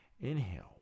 Inhale